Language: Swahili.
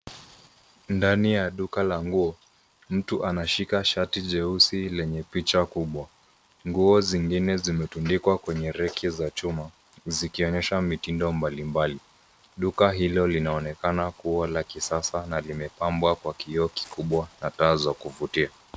Ndani ya duka la nguo mtu anashika shati jeusi lenye picha kubwa. Nguo zingine zimetundikwa kwenye reki ya chuma zikionyesha mitindo mbali mbali. Duka hilo linaonekana kuwa la kisasa na limepambwa kwa kioo kikubwa na taa za kuvutia.